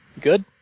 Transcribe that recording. Good